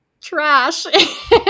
trash